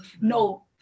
No